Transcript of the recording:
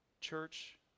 Church